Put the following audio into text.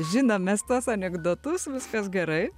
žinom mes tuos anekdotus viskas gerai